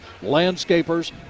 landscapers